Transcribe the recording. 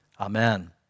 Amen